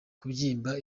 kubyimba